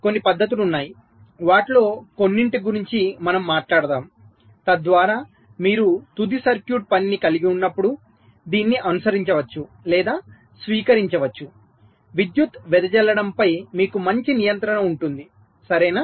కొన్ని పద్ధతులు ఉన్నాయి వాటిలో కొన్నింటి గురించి మనము మాట్లాడదాముతద్వారా మీరు తుది సర్క్యూట్ పనిని కలిగి ఉన్నప్పుడు దీనిని అనుసరించవచ్చు లేదా స్వీకరించవచ్చు విద్యుత్ వెదజల్లడంపై మీకు మంచి నియంత్రణ ఉంటుంది సరేనా